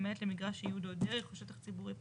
למעט למגרש שייעודו דרך או שטח ציבורי פתוח,